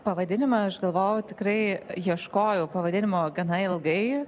pavadinimą aš galvoju tikrai ieškojau pavadinimo gana ilgai